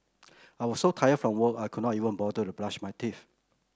I was so tired from work I could not even bother to brush my teeth